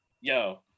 Yo